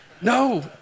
No